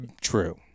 True